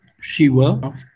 Shiva